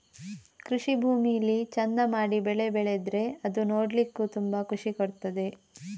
ಕೃಷಿ ಭೂಮಿಲಿ ಚಂದ ಮಾಡಿ ಬೆಳೆ ಬೆಳೆದ್ರೆ ಅದು ನೋಡ್ಲಿಕ್ಕೂ ತುಂಬಾ ಖುಷಿ ಕೊಡ್ತದೆ